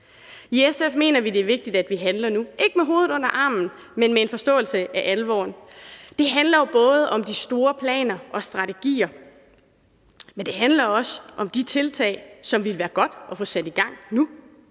I SF mener vi, det er vigtigt, at vi handler nu – ikke med hovedet under armen, men med en forståelse af alvoren. Det handler jo både om de store planer og strategier, men det handler også om de tiltag, som det ville være godt at få sat i gang nu.